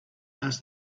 asked